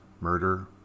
murder